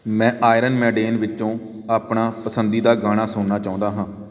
ਮੈਂ Iron Maiden ਵਿੱਚੋਂ ਆਪਣਾ ਪਸੰਦੀਦਾ ਗਾਣਾ ਸੁਣਨਾ ਚਾਹੁੰਦਾ ਹਾਂ